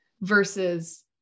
versus